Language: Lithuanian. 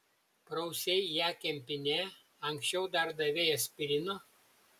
prausei ją kempine anksčiau dar davei aspirino